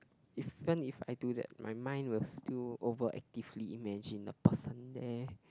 even if I do that my mind will still over actively imagine the person there